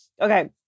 Okay